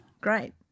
Great